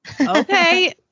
okay